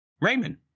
Raymond